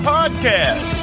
Podcast